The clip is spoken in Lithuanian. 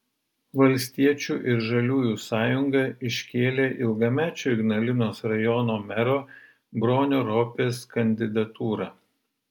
valstiečių ir žaliųjų sąjunga iškėlė ilgamečio ignalinos rajono mero bronio ropės kandidatūrą